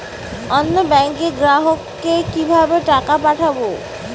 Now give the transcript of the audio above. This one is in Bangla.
অন্য ব্যাংকের গ্রাহককে কিভাবে টাকা পাঠাবো?